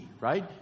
right